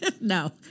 no